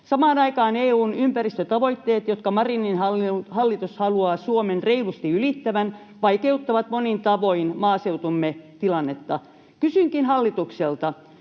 Samaan aikaan EU:n ympäristötavoitteet, jotka Marinin hallitus haluaa Suomen reilusti ylittävän, vaikeuttavat monin tavoin maaseutumme tilannetta. Kysynkin hallitukselta: